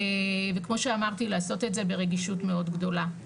וכמו שאמרתי לעשות את זה ברגישות מאוד גדולה.